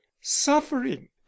suffering